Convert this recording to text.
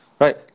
right